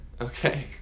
Okay